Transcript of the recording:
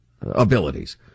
abilities